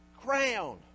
crown